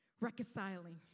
reconciling